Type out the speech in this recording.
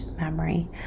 memory